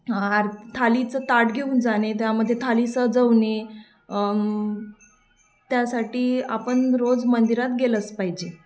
R थालीचं ताट घेऊन जाणे त्यामध्ये थाली सजवणे त्यासाठी आपण रोज मंदिरात गेलंच पाहिजे